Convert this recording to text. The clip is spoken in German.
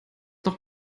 noch